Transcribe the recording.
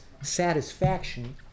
satisfaction